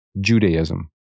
Judaism